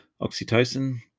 Oxytocin